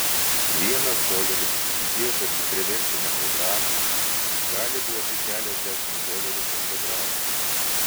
vienas doleris įdėtas į prevencinę programą gali duoti keliasdešimt dolerių fondogrąžą